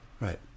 right